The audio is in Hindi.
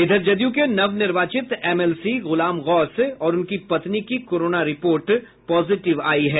इधर जदयू के नवनिर्वाचित एमएलसी गुलाम गौस और उनकी पत्नी की कोरोना रिपोर्ट पॉजिटिव पायी गयी है